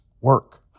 work